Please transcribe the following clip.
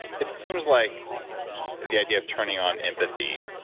it seems like the idea of turning on empathy,